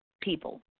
people